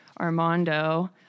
Armando